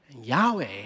Yahweh